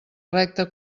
recta